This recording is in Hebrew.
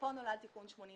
מפה נולד תיקון 84,